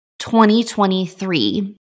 2023